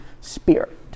Spirit